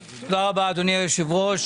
רבה, אדוני היושב-ראש.